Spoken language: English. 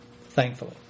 thankfully